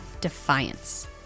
defiance